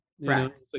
Right